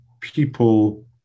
people